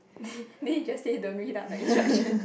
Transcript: did it just say don't read out the instruction